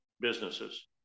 businesses